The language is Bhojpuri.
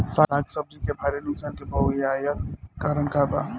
साग सब्जी के भारी नुकसान के बहुतायत कारण का बा?